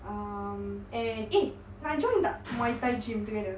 um and eh nak join tak muay thai gym together